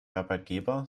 arbeitgeber